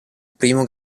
primo